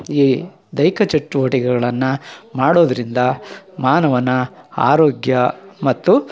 ಈ ದೈಹಿಕ ಚಟುವಟಿಕೆಗಳನ್ನು ಮಾಡೋದ್ರಿಂದ ಮಾನವನ ಆರೋಗ್ಯ ಮತ್ತು